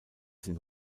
sind